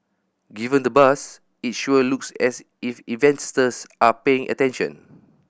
given the buzz it sure looks as if investors are paying attention